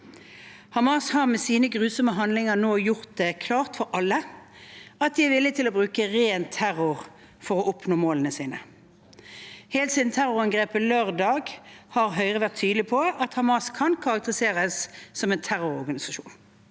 Hamas har med sine grusomme handlinger nå gjort det klart for alle at de er villig til å bruke ren terror for å oppnå målene sine. Helt siden terrorangrepet lørdag, har Høyre vært tydelig på at Hamas kan karakteriseres som en terrororganisasjon.